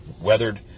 weathered